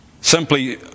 simply